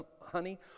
honey